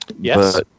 Yes